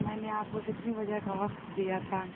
میں نے آپ کو کتنے بجے کا وقت دیا تھا